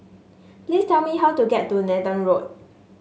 please tell me how to get to Nathan Road